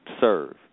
serve